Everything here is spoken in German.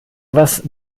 was